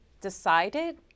decided